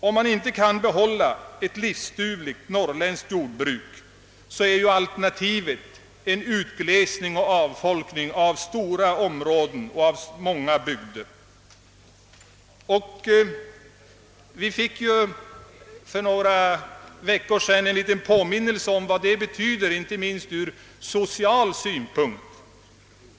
Om man inte kan behålla ett livsdugligt norrländskt jordbruk, är alternativet en utglesning och en avfolkning av stora områden och av många bygder. Vi fick för någon vecka sedan en liten påminnelse om vad detta betyder, inte minst ur social synpunkt.